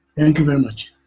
thank you very much.